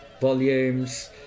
volumes